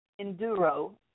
enduro